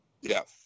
Yes